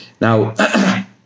Now